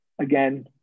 again